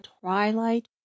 twilight